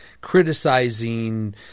criticizing